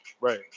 Right